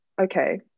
okay